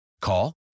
Call